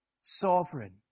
sovereign